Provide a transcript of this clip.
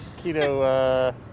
keto